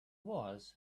was